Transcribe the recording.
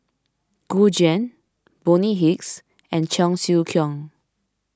Gu Juan Bonny Hicks and Cheong Siew Keong